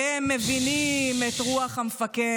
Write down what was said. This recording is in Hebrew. והם מבינים את רוח המפקד.